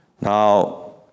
Now